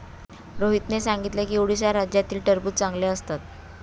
रोहितने सांगितले की उडीसा राज्यातील टरबूज चांगले असतात